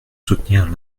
soutenir